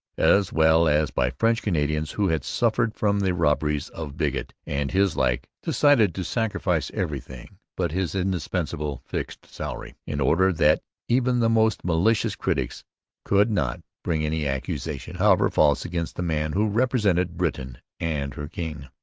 as well as by french canadians who had suffered from the robberies of bigot and his like, decided to sacrifice everything but his indispensable fixed salary in order that even the most malicious critics could not bring any accusation, however false, against the man who represented britain and her king.